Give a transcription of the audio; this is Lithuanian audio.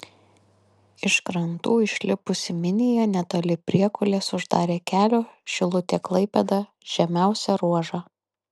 iš krantų išlipusi minija netoli priekulės uždarė kelio šilutė klaipėda žemiausią ruožą